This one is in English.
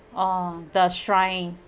oh the shrines